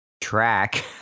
track